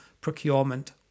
procurement